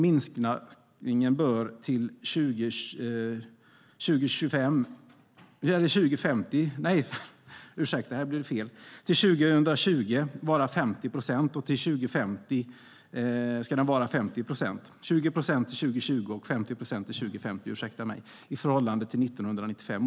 Minskningen bör vara 20 procent till år 2020 och 50 procent till år 2050 i förhållande till användningen 1995.